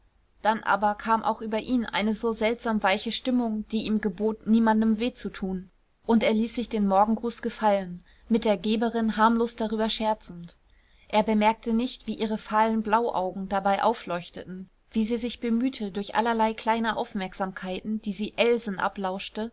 dann aber kam auch über ihn eine so seltsam weiche stimmung die ihm gebot niemandem weh zu tun und er ließ sich den morgengruß gefallen mit der geberin harmlos darüber scherzend er bemerkte nicht wie ihre fahlen blauaugen dabei aufleuchteten wie sie sich bemühte durch allerlei kleine aufmerksamkeiten die sie elsen